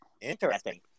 Interesting